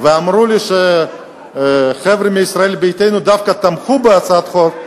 אמרו לי שחבר'ה מישראל ביתנו דווקא תמכו בהצעת החוק,